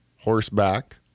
horseback